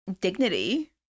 dignity